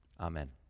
Amen